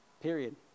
Period